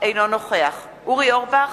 אינו נוכח אורי אורבך,